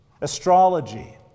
astrology